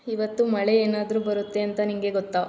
ಇವತ್ತು ಮಳೆ ಏನಾದರು ಬರುತ್ತೆ ಅಂತ ನಿನಗೆ ಗೊತ್ತಾ